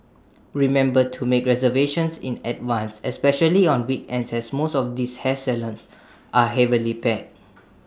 remember to make reservation in advance especially on weekends as most of these hair salons are heavily packed